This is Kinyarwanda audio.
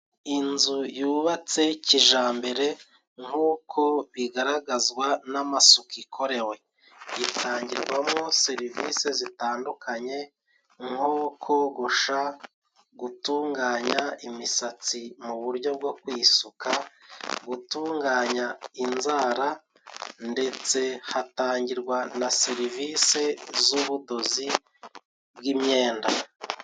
Inzu yubatse kijambere nk'uko bigaragazwa n'amasuku ikorewe itangirwamo serivisi zitandukanye nko kogosha, gutunganya imisatsi mu buryo bwo kuyisuka, gutunganya inzara ndetse hatangirwa na serivise z'ubudozi bw'imyenda.